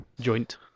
joint